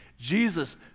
Jesus